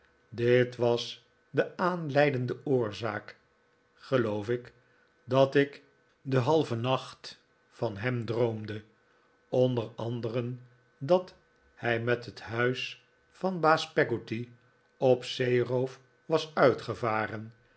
dit was de asnleidende oorzaak geloof ik dat ik den halven nacht van hem droomde onder anderen dat hij met het huis van baas peggotty op zeeroof was uitgevaren